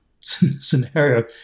scenario